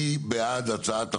מי בעד הצעת החוק?